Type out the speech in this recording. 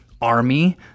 army